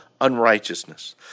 unrighteousness